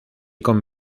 como